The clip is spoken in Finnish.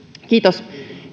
kiitos